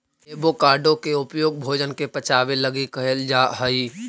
avocado के उपयोग भोजन के पचाबे लागी कयल जा हई